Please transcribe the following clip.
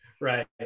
right